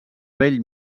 bell